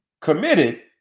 committed